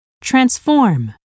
Transform